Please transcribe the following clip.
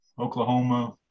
Oklahoma